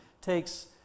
takes